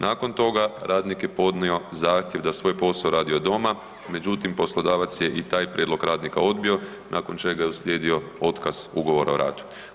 Nakon toga radnik je podnio zahtjev da svoj posao radi od doma, međutim, poslodavac je i taj prijedlog radnika odbio nakon čega je uslijedio otkaz ugovora o radu.